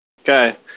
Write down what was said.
Okay